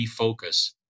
refocus